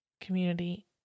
community